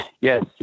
Yes